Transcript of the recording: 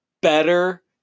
better